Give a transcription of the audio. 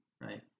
right